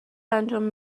انجام